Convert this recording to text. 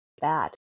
bad